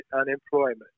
unemployment